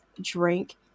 drink